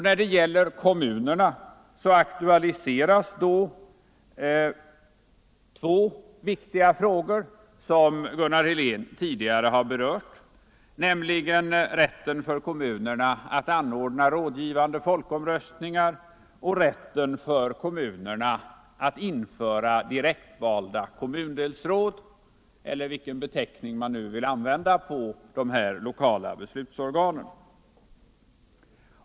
När det gäller kommunerna så aktualiseras då två viktiga frågor som Gunnar Helén tidigare har berört, nämligen rätten för kommunerna att anordna rådgivande folkomröstningar och rätten för kommunerna att införa direktvalda kommundelsråd —- eller vilken beteckning man nu vill använda på dessa lokala beslutsorgan.